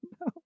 no